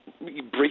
bring